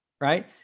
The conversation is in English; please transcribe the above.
Right